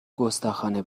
گستاخانه